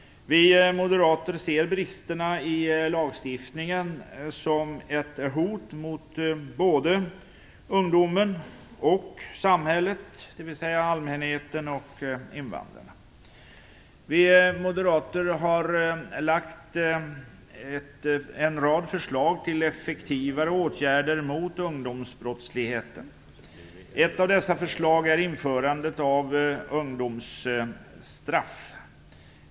Vi moderater ser bristerna i lagstiftningen som ett hot mot både ungdomen och samhället, dvs. allmänheten och invandrarna. Vi moderater har lagt fram en rad förslag till effektivare åtgärder mot ungdomsbrottsligheten. Ett av dessa förslag är införandet av ungdomsstraff.